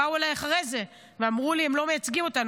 באו אליי אחרי זה, ואמרו לי: הם לא מייצגים אותנו.